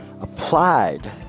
applied